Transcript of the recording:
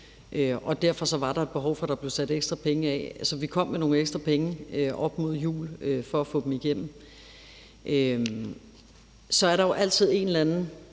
derfor var der et behov for, at der blev sat ekstra penge af, så vi kom med nogle ekstra penge op mod jul, for at få dem igennem. Så er der jo altid et eller andet